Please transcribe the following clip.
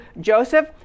Joseph